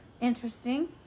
interesting